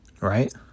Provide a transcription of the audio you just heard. Right